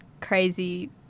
crazy